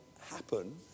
happen